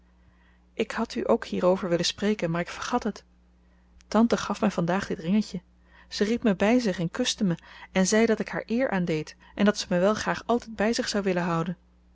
ik had u ook hierover willen spreken maar ik vergat het tante gaf mij vandaag dit ringetje ze riep me bij zich en kuste me en zei dat ik haar eer aandeed en dat ze me wel graag altijd bij zich zou willen houden